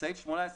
בסעיף 18,